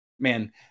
Man